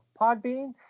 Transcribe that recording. Podbean